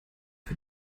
für